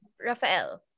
Rafael